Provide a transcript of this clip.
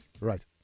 Right